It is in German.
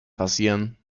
passieren